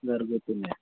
घरगुती मेस